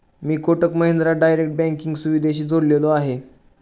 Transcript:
मी Kotak Mahindra direct banking सुविधेशी जोडलेलो आहे?